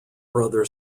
brother